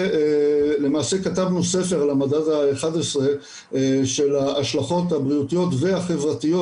למעשה כתבנו ספר על הממד ה- 11 של ההשלכות הבריאותיות והחברתיות